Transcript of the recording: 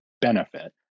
benefit